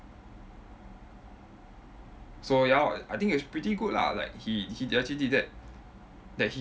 so ya lor I think it's pretty good lah like he he actually did that that he